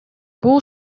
бул